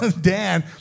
Dan